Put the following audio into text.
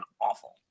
awful